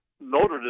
noted